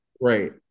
Right